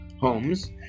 homes